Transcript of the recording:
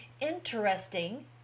Interesting